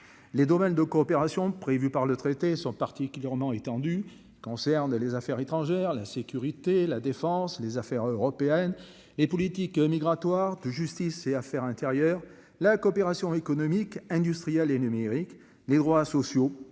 les domaines de coopération prévue par le traité. Et son parti qui leur nom étendu concerne les affaires étrangères, la sécurité, la défense, les affaires européennes, les politiques migratoires. Justice et affaires intérieures, la coopération économique, industrielle et numérique, les droits sociaux.